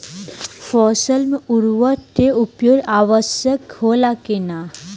फसल में उर्वरक के उपयोग आवश्यक होला कि न?